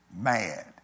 mad